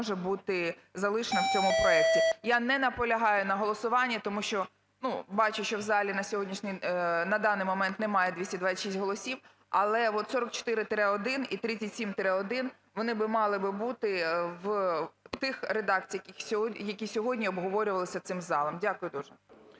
Я не наполягаю на голосуванні, тому що, ну, бачу, що в залі на даний момент немає 226 голосів. Але от 44-1 і 37-1, вони мали би бути в тих редакціях, які сьогодні обговорювалися цим залом. Дякую дуже.